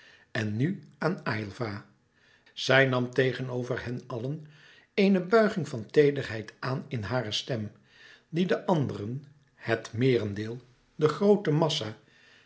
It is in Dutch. en nu aan aylva zij nam tegenover hen allen eene buiging van teederheid aan in hare stem die de anderen het meerendeel de groote massa